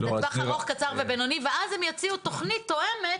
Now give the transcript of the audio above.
לטווח ארוך קצר ובינוני' ואז הם יציעו תכנית תואמת.